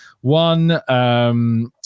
one